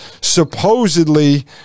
supposedly